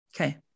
Okay